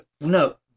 no